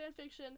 fanfiction